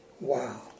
Wow